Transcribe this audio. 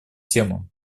темам